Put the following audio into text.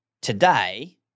Today